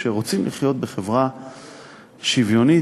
שרוצים לחיות בחברה שוויונית,